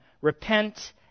Repent